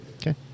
Okay